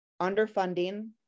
underfunding